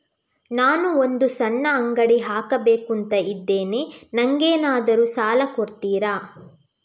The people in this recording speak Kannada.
ನಾನು ಒಂದು ಸಣ್ಣ ಅಂಗಡಿ ಹಾಕಬೇಕುಂತ ಇದ್ದೇನೆ ನಂಗೇನಾದ್ರು ಸಾಲ ಕೊಡ್ತೀರಾ?